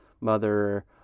mother